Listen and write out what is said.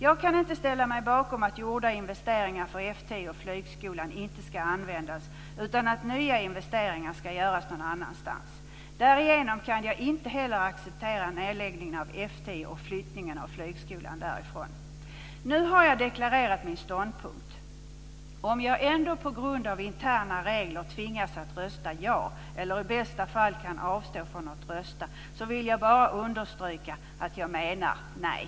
Jag kan inte ställa mig bakom att gjorda investeringar för F 10 och flygskolan inte ska användas, utan att nya investeringar ska göras någon annanstans. Därigenom kan jag inte heller acceptera nedläggningen av F 10 och flyttningen av flygskolan därifrån. Nu har jag deklarerat min ståndpunkt. Om jag ändå på grund av interna regler tvingas att rösta ja eller i bästa fall kan avstå från att rösta vill jag bara understryka att jag menar nej.